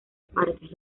partes